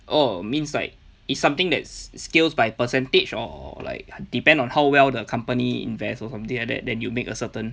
oh means like it's something that's skews by percentage or like depend on how well the company invest or something like that then you make a certain